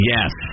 Yes